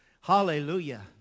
Hallelujah